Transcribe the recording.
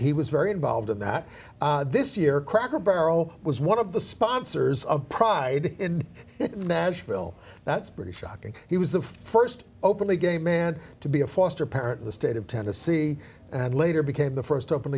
he was very involved in that this year cracker barrel was one of the sponsors of pride in nashville that's pretty shocking he was the st openly gay man to be a foster parent in the state of tennessee and later became t